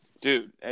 dude